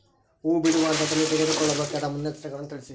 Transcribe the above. ಹೂ ಬಿಡುವ ಹಂತದಲ್ಲಿ ತೆಗೆದುಕೊಳ್ಳಬೇಕಾದ ಮುನ್ನೆಚ್ಚರಿಕೆಗಳನ್ನು ತಿಳಿಸಿ?